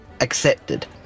accepted